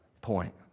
point